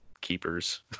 keepers